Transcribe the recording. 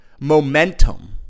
momentum